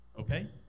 okay